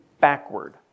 backward